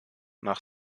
nach